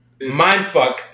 Mindfuck